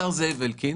השר זאב אלקין